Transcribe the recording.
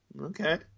Okay